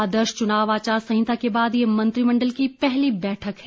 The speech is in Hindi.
आदर्श चुनाव आचार संहिता के बाद ये मंत्रिमंडल की पहली बैठक है